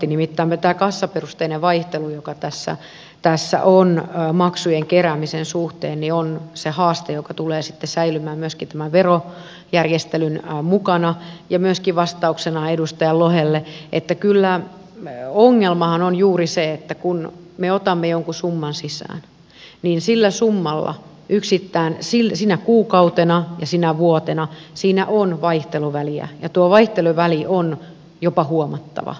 nimittäin tämä kassaperusteinen vaihtelu joka tässä on maksujen keräämisen suhteen on se haaste joka tulee säilymään myöskin tämän verojärjestelyn mukana ja myöskin vastauksena edustaja lohelle kyllähän ongelma on juuri se että kun me otamme jonkun summan sisään niin sillä summalla yksittäin sinä kuukautena ja sinä vuotena siinä on vaihteluväliä ja tuo vaihteluväli on jopa huomattava